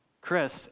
Chris